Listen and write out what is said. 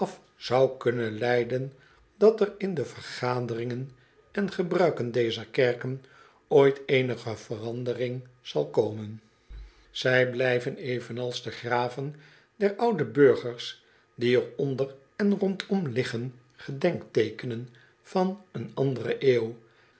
zou kunnen leiden dat er in de vergaderingen en gebruiken dezer kerken ooit eenige verandering zal komen zij blijven evenals de graven der oude burgers die er onder en rondom liggen godenkteekenen van een andere eeuw